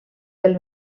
del